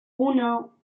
uno